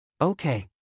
Okay